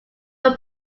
are